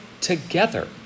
together